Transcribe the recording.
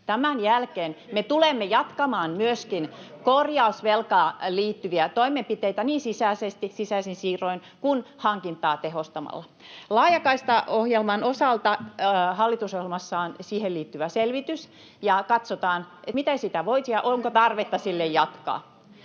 Tämän jälkeen me tulemme jatkamaan myöskin korjausvelkaan liittyviä toimenpiteitä niin sisäisin siirroin kuin hankintaa tehostamalla. Laajakaistaohjelman osalta hallitusohjelmassa on siihen liittyvä selvitys, ja katsotaan, miten sitä voisi ja onko tarvetta sitä jatkaa.